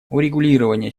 урегулирование